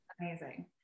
Amazing